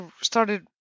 started